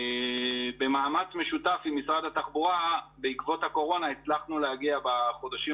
במאמץ משותף עם משרד התחבורה בעקבות הקורונה הצלחנו להגיע בחודשים